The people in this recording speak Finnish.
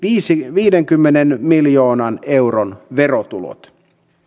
viidenkymmenen miljoonan euron verotulot